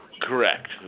Correct